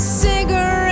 cigarette